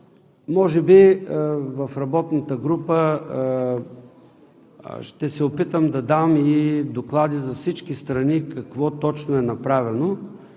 Може би в работната група ще се опитам да дам и доклади за всички страни какво точно е направено